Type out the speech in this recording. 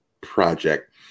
project